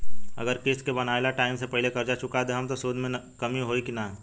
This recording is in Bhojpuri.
अगर किश्त के बनहाएल टाइम से पहिले कर्जा चुका दहम त सूद मे कमी होई की ना?